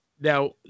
Now